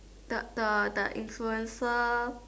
the the the influencer